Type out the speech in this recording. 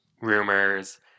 rumors